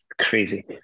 Crazy